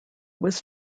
was